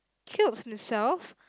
killed himself